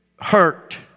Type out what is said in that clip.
hurt